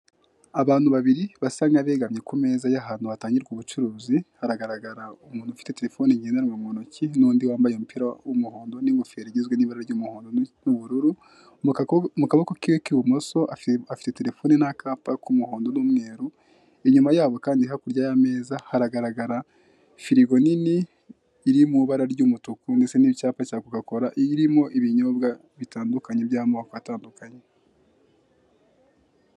Abantu babiri basa nkabegamye ku meza ahantu hatangirwa ubucuruzi haragaragara umuntu ufite terefone ngendanwa mu ntoki n'undi wambaye umupira w'umuhondo n'ingofero igizwe n'ibara ry'umuhondo n'ubururu mu kaboko ke k'ibumoso afite terefone n'akapa k'umuhondo n'umweru inyuma yabo kandi hakurya yameza haragaragara firigo nini iri mw'ibara ry'umutuku ndetse n'icyapa cya coca cola iy'irimo ibinyobwa bitandukanye by'amoko atandukanye.